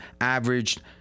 averaged